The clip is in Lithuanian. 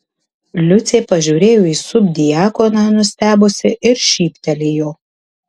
liucė pažiūrėjo į subdiakoną nustebusi ir šyptelėjo